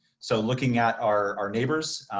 so looking at our neighbors,